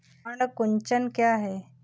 पर्ण कुंचन क्या है?